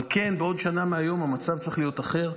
אבל כן, בעוד שנה מהיום המצב צריך להיות אחר.